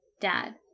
Dad